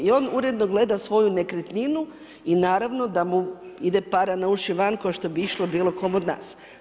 I on uredno gleda svoju nekretninu i naravno da ide para na uši van kao što bi išla bilokom od nas.